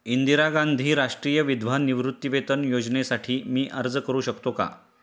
इंदिरा गांधी राष्ट्रीय विधवा निवृत्तीवेतन योजनेसाठी मी अर्ज करू शकतो?